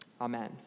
Amen